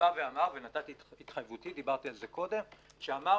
ונתתי את התחייבותי, דיברתי על זה קודם שאמר: